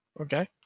Okay